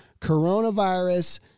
coronavirus